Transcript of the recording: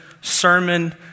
sermon